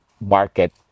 market